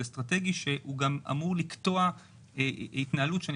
אסטרטגי מאוד שאמור לקטוע התנהלות שאני